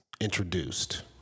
introduced